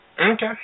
Okay